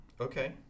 Okay